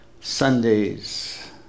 Sundays